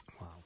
Wow